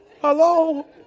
hello